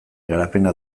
garapena